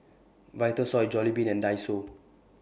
Vitasoy Jollibean and Daiso